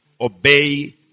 obey